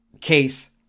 case